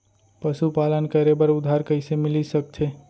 पशुपालन करे बर उधार कइसे मिलिस सकथे?